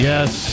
Yes